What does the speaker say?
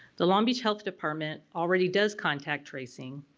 the long beach health department already does contact tracing,